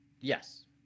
Yes